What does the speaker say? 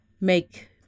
make